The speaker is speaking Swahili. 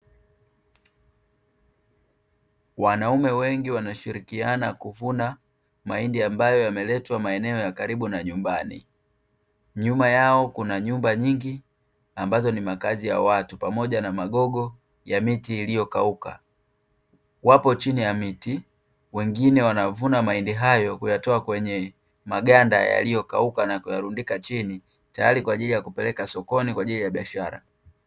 Wanaume wengi wanashirikiana kuvuna mahindi ambayo yameletwa maeneo ya karibu na nyumbani, nyuma yao kuna nyumba nyingi ambazo ni makazi ya watu pamoja na magogo ya miti iliyokauka, wapo chini ya miti, wengine wanavuna mahindi hayo, kuyatoa kwenye maganda yaliyokauka na kuyarundika chini, tayari kwa ajili ya kupeleka sokoni kwa ajili ya biashara.